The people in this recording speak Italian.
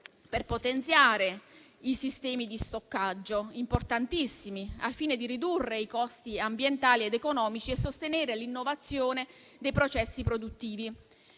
per potenziare i sistemi di stoccaggio, importantissimi al fine di ridurre i costi ambientali ed economici e sostenere l'innovazione dei processi produttivi.